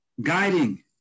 Guiding